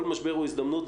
כל משבר הוא הזדמנות,